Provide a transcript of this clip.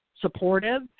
supportive